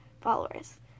followers